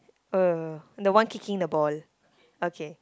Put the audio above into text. uh the one kicking the ball okay